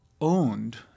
owned